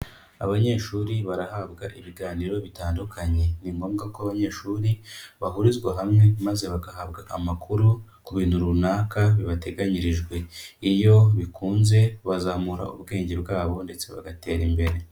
Abanyeshuri barahabwa ibiganiro bitandukanye. Ni ngombwa ko abanyeshuri bahurizwa hamwe, maze bagahabwa amakuru ku bintu runaka bibateganyirijwe. Iyo bikunze bazamura ubwenge bwabo ndetse bagatera imbere.